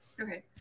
Okay